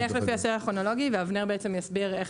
נלך לפי הסדר הכרונולוגי ואבנר יסביר איך